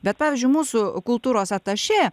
bet pavyzdžiui mūsų kultūros atašė